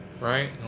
Right